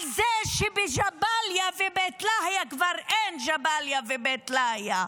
על זה שבג'באליה ובית לאהיא כבר אין ג'באליה ובית לאהיא.